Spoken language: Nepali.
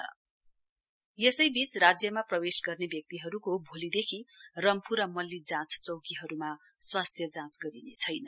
हेल्थ डिपार्टमेण्ट राज्यमा प्रवेश गर्ने व्यक्तिहरूको भोलिदेखि रम्फू र मल्ली जाँच चौकीहरूमा स्वास्थ्य जाँच गरिनैछैन